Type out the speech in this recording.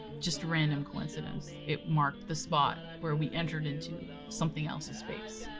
just random coincidence. it marked the spot where we entered into something else's space,